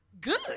good